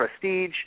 prestige